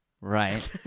Right